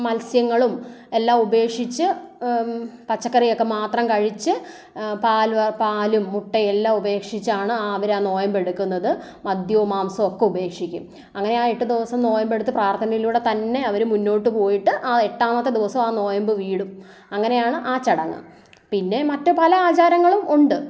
മത്സ്യങ്ങളും എല്ലാം ഉപേക്ഷിച്ച് പച്ചക്കറിയൊക്കെ മാത്രം കഴിച്ച് പാലും മുട്ടയുമെല്ലാം ഉപേക്ഷിച്ചാണ് അവർ ആ നോയമ്പ് എടുക്കുന്നത് മദ്യവും മാംസവും ഒക്കെ ഉപേക്ഷിക്കും അങ്ങനെ ആ എട്ട് ദിവസം നോയമ്പ് എടുത്ത്പ്രാർത്ഥനയിലൂടെ തന്നെ അവർ മുന്നോട് പോയിട്ട് ആ എട്ടാമത്തെ ദിവസം ആ നോയമ്പ് വീടും അങ്ങനെ ആണ് ആ ചടങ്ങ് പിന്നെ മറ്റു പല ആചാരങ്ങളും ഉണ്ട്